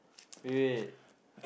wait wait